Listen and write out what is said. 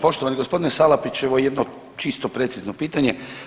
Poštovani gospodine Salapić evo jedno čisto precizno pitanje.